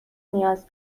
نیاز